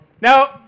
Now